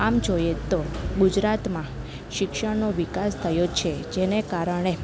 આમ જોઈએ તો ગુજરાતમાં શિક્ષણનો વિકાસ થયો છે જેને કારણે